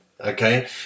okay